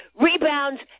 rebounds